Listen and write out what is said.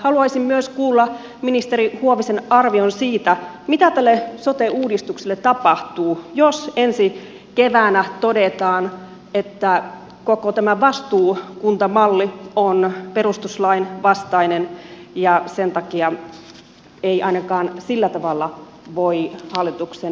haluaisin myös kuulla ministeri huovisen arvion siitä mitä tälle sote uudistukselle tapahtuu jos ensi keväänä todetaan että koko tämä vastuukuntamalli on perustuslain vastainen ja sen takia ei ainakaan sillä tavalla voi hallituksen esitys toteutua